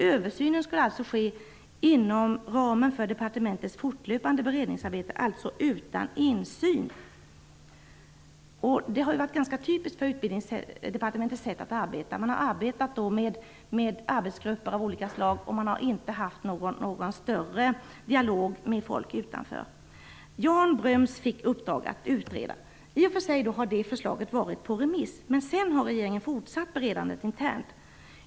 Översynen skulle alltså ske inom ramen för departementets fortlöpande beredningsarbete, alltså utan insyn. Det har varit ganska typiskt för Utbildningsdepartementets sätt att arbeta. Man har haft arbetsgrupper av olika slag och har inte fört någon större dialog med folk utanför departementet. Jan Bröms fick uppdraget att utreda. Förslaget har i och för sig varit på remiss, men sedan har regeringen fortsatt beredandet internt.